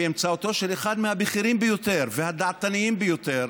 באמצעותו של אחד מהבכירים ביותר והדעתניים ביותר